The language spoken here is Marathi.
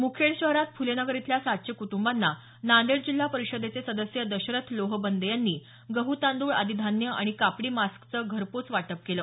मुखेड शहरात फुलेनगर इथल्या सातशे कुटूंबाना नांदेड जिल्हा परिषदेचे सदस्य दशरथ लोहबंदे यांनी गहु तांदळ आदी धान्य आणि कापडी मास्कचं घरपोच वाटप केलं